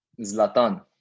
Zlatan